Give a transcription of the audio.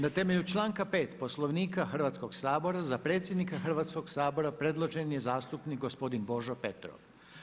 Na temelju članka 5. Poslovnika Hrvatskog sabora za predsjednika Hrvatskog sabora predložen je zastupnik gospodin Božo Petrov.